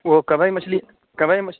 وہ کوے مچھلی کوے مچھ